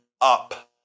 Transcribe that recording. up